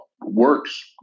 Works